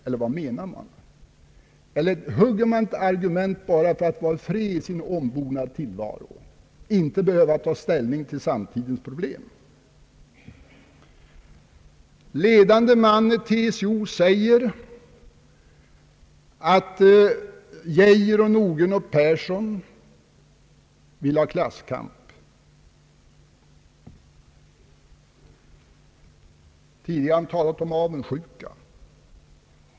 Eller hugger man ett argument bara för att få vara i fred i sin ombonade tillvaro och inte behöva ta ställning till samtidens problem? Den ledande mannen i TCO säger att Geijer, Nordgren och Persson vill ha klasskamp. Tidigare har han talat om avundsjuka.